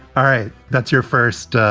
all right. that's your first